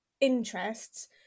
interests